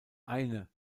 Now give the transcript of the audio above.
eine